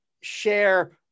share